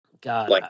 God